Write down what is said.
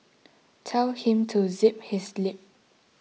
tell him to zip his lip